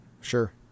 Sure